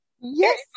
yes